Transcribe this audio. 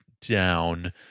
down